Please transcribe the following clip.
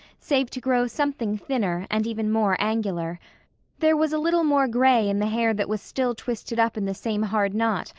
save to grow something thinner, and even more angular there was a little more gray in the hair that was still twisted up in the same hard knot,